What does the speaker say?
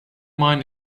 mind